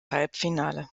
halbfinale